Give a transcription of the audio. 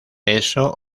eso